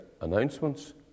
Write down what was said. announcements